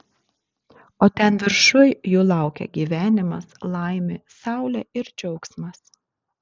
o ten viršuj jų laukia gyvenimas laimė saulė ir džiaugsmas